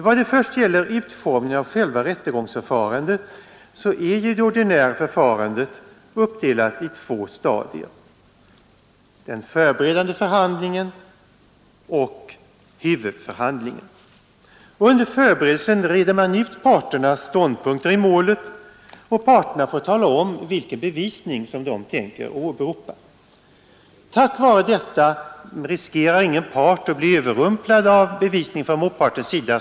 Vad först gäller utformningen av rättegångsförfarandet är detta för närvarande ordinärt uppdelat i två stadier: den förberedande behandlingen och huvudförhandlingen. Under förberedelsen reder man ut parternas ståndpunkter i målet och parterna får tala om vilken bevisning de tänker åberopa. Tack vare detta riskerar ingen part att bli överrumplad av bevisningen från motpartens sida.